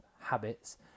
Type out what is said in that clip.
habits